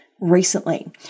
recently